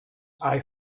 air